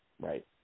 right